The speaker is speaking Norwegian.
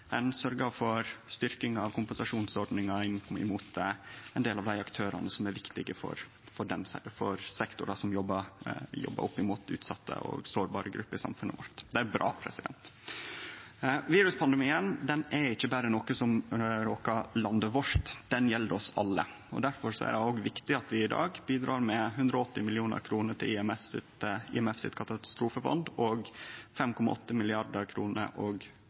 for styrking av kompensasjonsordninga inn mot ein del av dei aktørane som er viktige for sektorar som jobbar opp mot utsette og sårbare grupper i samfunnet vårt. Det er bra. Viruspandemien er ikkje berre noko som råkar landet vårt, den gjeld oss alle. Difor er det òg viktig at vi i dag bidreg med 180 mill. kr til IMF sitt katastrofefond og 5,8 mrd. kr og